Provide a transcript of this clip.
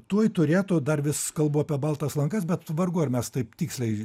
tuoj turėtų dar vis kalbu apie baltas lankas bet vargu ar mes taip tiksliai